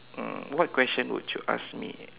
uh what question would you ask me